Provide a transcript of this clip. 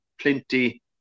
plenty